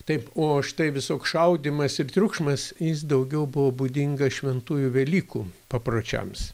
taip o štai visoks šaudymas ir triukšmas jis daugiau buvo būdingas šventųjų velykų papročiams